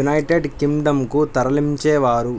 United Kingdom కు తరలించేవారు